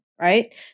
right